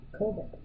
COVID